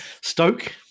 Stoke